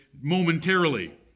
momentarily